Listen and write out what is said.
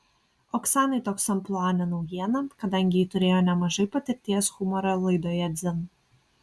oksanai toks amplua ne naujiena kadangi ji turėjo nemažai patirties humoro laidoje dzin